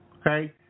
Okay